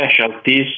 specialties